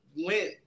went